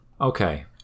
Okay